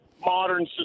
modern